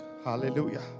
hallelujah